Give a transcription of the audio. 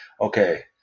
okay